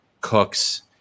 cooks